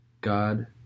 God